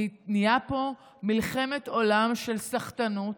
נהיית פה מלחמת עולם של סחטנות.